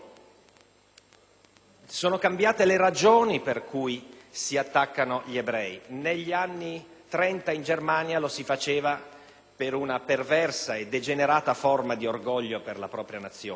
sono cambiate le ragioni per cui si attaccano gli ebrei. Negli anni '30 in Germania lo si faceva per una perversa e degenerata forma di orgoglio per la propria Nazione,